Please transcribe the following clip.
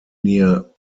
near